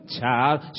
child